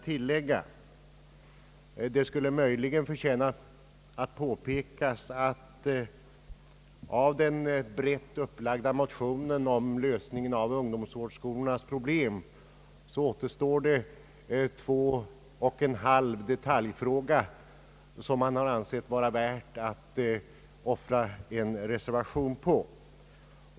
Möjligen skulle det förtjäna påpekas att av den brett upplagda motionen om lösningen av ungdomsvårdsskolornas problem återstår två och en halv detaljfrågor, som man ansett det värt att offra en reservation på.